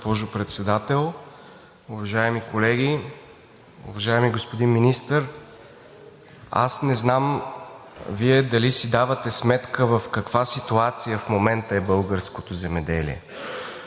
госпожо Председател. Уважаеми колеги! Уважаеми господин Министър, не знам дали си давате сметка в каква ситуация в момента е българското земеделие?